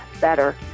better